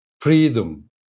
freedom